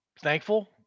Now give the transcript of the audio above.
thankful